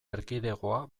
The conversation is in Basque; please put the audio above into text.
erkidegoa